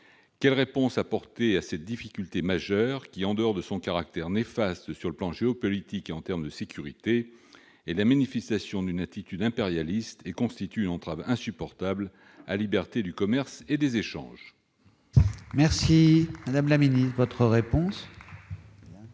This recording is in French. Quelle réponse apporter à cette difficulté majeure, qui, en dehors de son caractère néfaste sur le plan géopolitique et en termes de sécurité, est la manifestation d'une attitude impérialiste et constitue une entrave insupportable à la liberté du commerce et des échanges ? La parole est à Mme la secrétaire